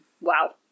Wow